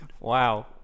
Wow